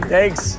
Thanks